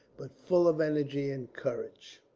but full of energy and courage.